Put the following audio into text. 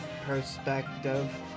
perspective